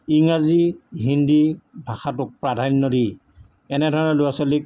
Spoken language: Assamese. ইংৰাজী হিন্দী ভাষাটোক প্ৰাধান্য দি এনেধৰণে ল'ৰা ছোৱালীক